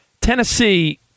Tennessee